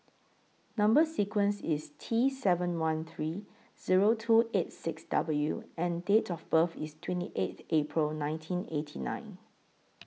Number sequence IS T seven one three Zero two eight six W and Date of birth IS twenty eighth April nineteen eighty nine